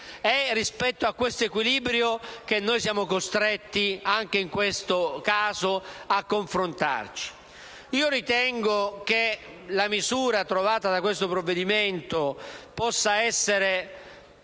È rispetto a questo equilibrio che siamo costretti, anche in questo caso, a confrontarci. Io ritengo che la misura individuata da questo provvedimento possa essere